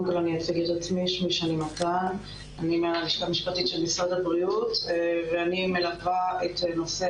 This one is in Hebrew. אני מהלשכה המשפטית של משרד הבריאות ואני מלווה את נושא